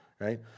right